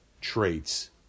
traits